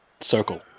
circle